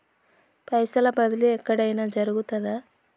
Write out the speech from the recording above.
పైసల బదిలీ ఎక్కడయిన జరుగుతదా?